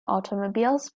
automobiles